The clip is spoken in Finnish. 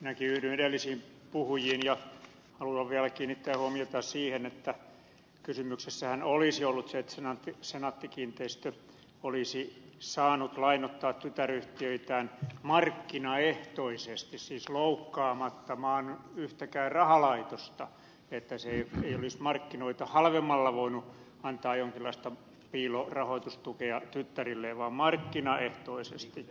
minäkin yhdyn edellisiin puhujiin ja haluan vielä kiinnittää huomiota siihen että kysymyksessähän olisi ollut se että senaatti kiinteistöt olisi saanut lainoittaa tytäryhtiöitään markkinaehtoisesti siis loukkaamatta maan yhtäkään rahalaitosta että se ei olisi markkinoita halvemmalla voinut antaa jonkinlaista piilorahoitustukea tyttärilleen vaan markkinaehtoisesti